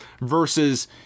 Versus